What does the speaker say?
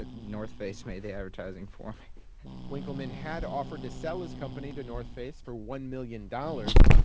ah north face made the advertising for me winkelmann had offered to sell his company to north face for one million dollars,